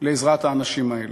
לעזרת האנשים האלה.